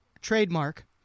Trademark